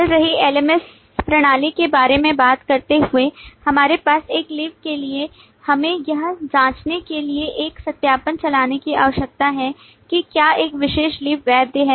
चल रही LMS प्रणाली के बारे में बात करते हुए हमारे पास एक लीव के लिए हमें यह जांचने के लिए एक सत्यापन चलाने की आवश्यकता है कि क्या एक विशेष लीव वैध है